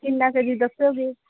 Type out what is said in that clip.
ਕਿੰਨਾ ਕੁ ਜੀ ਦੱਸੋਗੇ